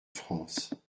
france